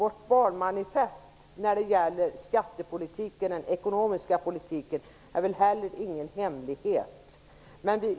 Vårt valmanifest om den ekonomiska politiken är väl inte heller någon hemlighet.